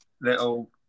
little